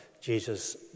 Jesus